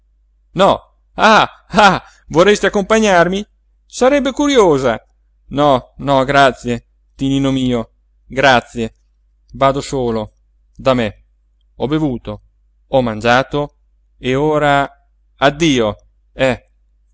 ah ah vorresti accompagnarmi sarebbe curiosa no no grazie tinino mio grazie vado solo da me ho bevuto ho mangiato e ora addio eh